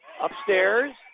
Upstairs